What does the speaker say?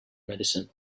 medicine